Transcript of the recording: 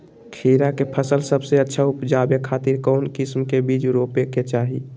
खीरा के फसल सबसे अच्छा उबजावे खातिर कौन किस्म के बीज रोपे के चाही?